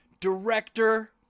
Director